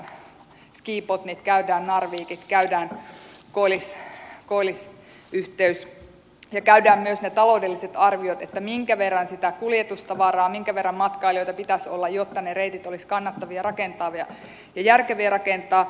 käydään skibotnit käydään narvikit käydään koillisyhteys ja käydään myös ne taloudelliset arviot minkä verran sitä kuljetustavaraa minkä verran matkailijoita pitäisi olla jotta ne reitit olisivat kannattavia ja järkeviä rakentaa